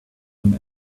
him